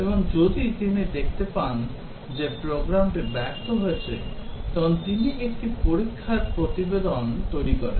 এবং যদি তিনি দেখতে পান যে প্রোগ্রামটি ব্যর্থ হয়েছে তখন তিনি একটি পরীক্ষার প্রতিবেদন তৈরি করেন